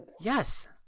yes